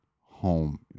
home